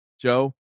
Joe